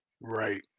Right